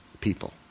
people